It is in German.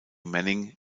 manning